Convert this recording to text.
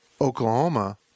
Oklahoma